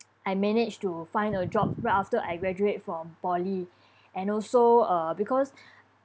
I managed to find a job right after I graduate from poly and also uh because